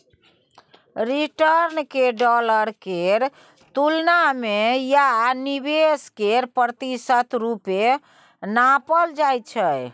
return केँ dollar केर तुलना मे या निबेश केर प्रतिशत रुपे नापल जाइ छै